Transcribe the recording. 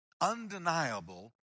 undeniable